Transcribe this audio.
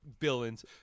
villains